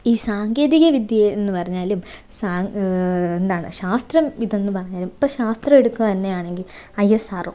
ഈ സാങ്കേതികവിദ്യ എന്നുപറഞ്ഞാലും സാ എന്താണ് ശാസ്ത്രം ഇതെന്ന് പറഞ്ഞാലും ഇപ്പോൾ ശാസ്ത്ര എടുക്കുക തന്നെയാണെങ്കിൽ ഐ എസ് ആർ ഒ